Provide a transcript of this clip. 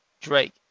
Drake